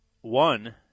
one